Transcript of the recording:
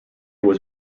was